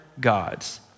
gods